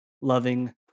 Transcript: loving